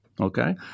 Okay